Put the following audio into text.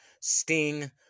Sting